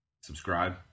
subscribe